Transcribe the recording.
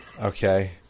Okay